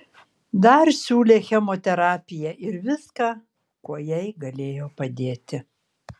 dar siūlė chemoterapiją ir viską kuo jai galėjo padėti